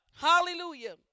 Hallelujah